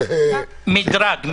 מדרג.